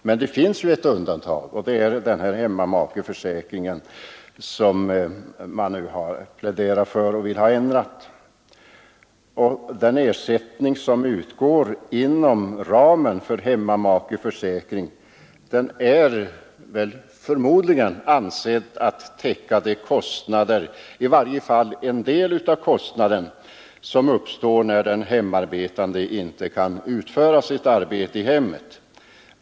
Men det finns ett undantag, nämligen hemmamakeförsäkringen, som man här har pläderat för och vill ha ändrad. Den ersättning som utgår inom ramen för hemmamakeförsäkringen anses förmodligen täcka de kostnader, eller i varje fall en del av de kostnader, som uppstår när den hemarbetande inte kan utföra sitt arbete i hemmet.